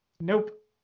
nope